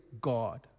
God